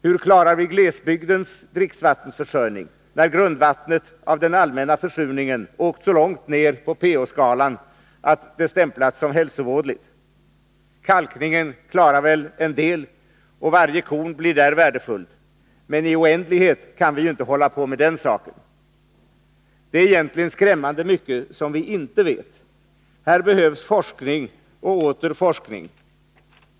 Hur klarar vi glesbygdens dricksvattensförsörjning när grundvattnet på grund av den allmänna försurningen har åkt så långt ner på pH-skalan att det har stämplats som hälsovådligt? Kalkningen klarar väl en del och varje korn blir där värdefullt, men i oändlighet kan vi inte hålla på med den. Det är egentligen skrämmande mycket som vi inte vet. Här behövs forskning och åter forskning.